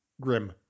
grim